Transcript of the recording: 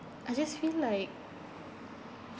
I just feel like